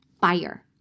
fire